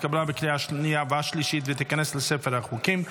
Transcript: התקבלה בקריאה שנייה ובקריאה שלישית ותיכנס לספר החוקים.